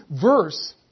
verse